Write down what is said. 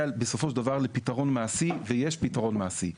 בסופו של דבר לפתרון מעשי ויש פתרון מעשי.